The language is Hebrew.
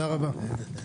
רבה.